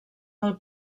del